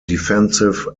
defensive